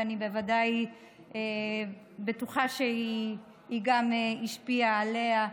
ואני בוודאי בטוחה שהיא גם השפיעה עליה